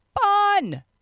fun